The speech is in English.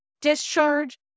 discharge